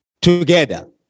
together